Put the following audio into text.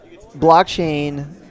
blockchain